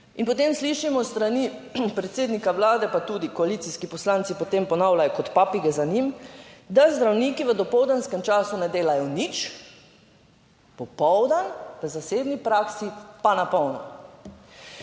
In potem slišimo s strani predsednika Vlade, pa tudi koalicijski poslanci, potem ponavljajo kot papige za njim, da zdravniki v dopoldanskem času ne delajo nič popoldan, v zasebni praksi pa na polno.